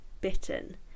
bitten